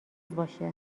باشه